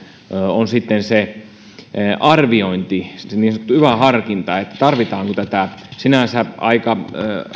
on sitten sen arviointi niin sanottu yva harkinta tarvitaanko tätä sinänsä aika